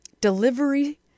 delivery